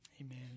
Amen